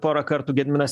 porą kartų gediminas